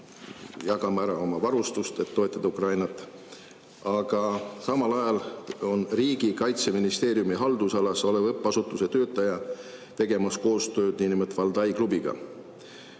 anname ära oma varustust, et toetada Ukrainat. Aga samal ajal on riigi Kaitseministeeriumi haldusalas oleva õppeasutuse töötaja tegemas koostööd niinimetatud Valdai klubiga,